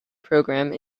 programme